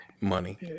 money